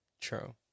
true